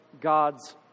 God's